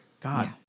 God